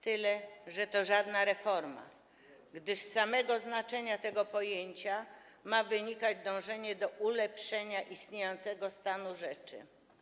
Tyle, że to żadna reforma, gdyż z samego znaczenia tego pojęcia ma wynikać dążenie do ulepszenia istniejącego stanu rzeczy.